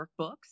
workbooks